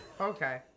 Okay